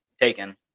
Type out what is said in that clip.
taken